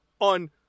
on